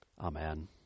Amen